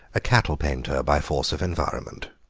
a cattle painter by force of environment.